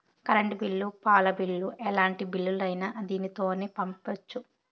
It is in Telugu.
కరెంట్ బిల్లు పాల బిల్లు ఎలాంటి బిల్లులైనా దీనితోనే పంపొచ్చు